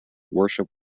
worship